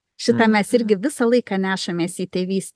šitą mes irgi visą laiką nešamės į tėvystę